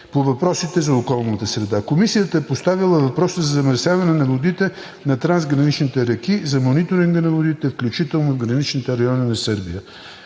по въпросите за околната среда. Комисията е поставила въпроса за замърсяване на водите на трансграничните реки, за мониторинга на водите, включително в граничните райони на Сърбия.